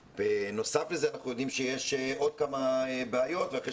נוסף לזה אנחנו יודעים שיש עוד כמה בעיות ואחרי